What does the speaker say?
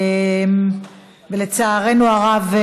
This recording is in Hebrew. ולצערנו הרב,